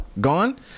gone